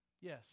Yes